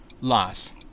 loss